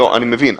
אני מבין.